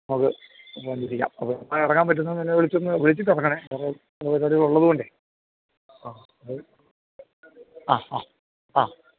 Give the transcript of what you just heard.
അത് നമുക്ക് അന്വേക്ഷിക്കാം അത് അപ്പോൾ ഇറങ്ങാൻ പറ്റുന്നതെന്ന് വിളിച്ചൊന്ന് വിളിച്ചിട്ട് ഇറങ്ങണെ കാരണം പരിപാടിയൊക്കെ ഉള്ളത് കൊണ്ട് ആ അത് ആ ആ ആ